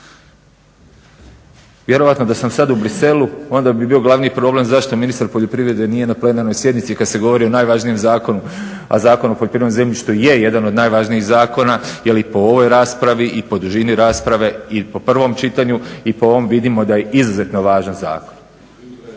Vjerojatno da sam sad u Bruxellesu onda bi bio glavni problem zašto ministar poljoprivrede nije na plenarnoj sjednici kad se govorio o najvažnijem zakonu, a Zakon o poljoprivrednom zemljištu je jedan od najvažnijih zakona jel i po ovoj raspravi i po družini rasprave, i po 1. čitanju, i po ovom vidimo da je izuzetno važan zakona.